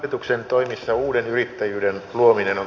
otuksen toimissa uuden yrittäjyyden luominen on